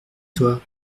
toi